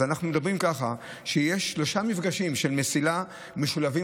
אז אנחנו אומרים שיש שלושה מפגשים של מסילה משולבים